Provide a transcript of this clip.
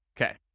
Okay